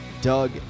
Doug